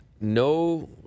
no